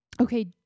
okay